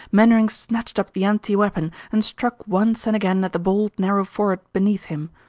mainwaring snatched up the empty weapon and struck once and again at the bald, narrow forehead beneath him.